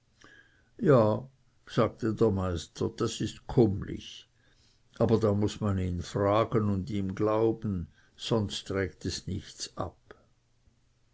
ja sagte der meister das ist kummlich aber dann muß man ihn fragen und ihm glauben sonst trägt es einem nichts ab